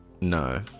No